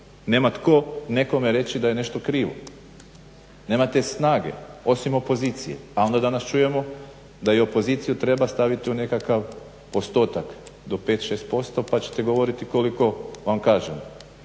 nema tko nekome reći da je nešto krivo, nema te snage, osim opozicija. A onda danas čujemo da i opoziciju treba staviti u nekakav postotak do 5, 6% pa ćete govoriti koliko vam kažem.